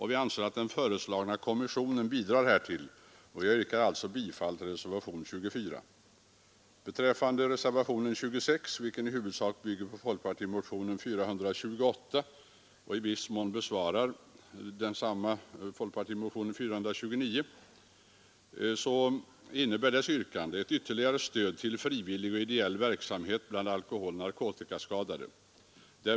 Vi anser att den föreslagna kommissionen bidrar härtill, och jag yrkar 111 Reservationen 26 bygger i huvudsak på folkpartimotionen 428 och innebär att folkpartimotionen 429 är tillgodosedd. Yrkandet innebär ett ytterligare stöd till frivillig och ideell verksamhet bland alkoholoch narkotikaskadade.